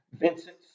vincent